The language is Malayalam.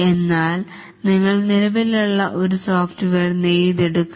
എന്നാൽ നിങ്ങൾ നിലവിലുള്ള ഒരു സോഫ്റ്റ്വെയർ നെയ്തെടുക്കുക